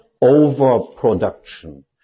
overproduction